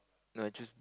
no I choose